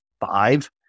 five